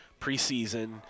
preseason